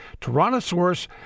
Tyrannosaurus